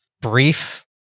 brief